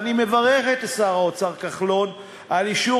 אני מברך את שר האוצר כחלון על אישור